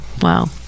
wow